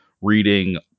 reading